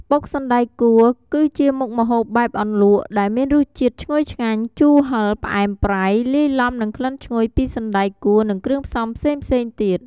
បុកសណ្តែកគួរ គឺជាមុខម្ហូបបែបអន្លក់ ដែលមានរសជាតិឈ្ងុយឆ្ងាញ់ ជូរ ហឹរ ផ្អែម ប្រៃ លាយឡំនឹងក្លិនឈ្ងុយពីសណ្ដែកគួរនិងគ្រឿងផ្សំផ្សេងៗទៀត។